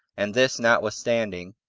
and, this notwithstanding,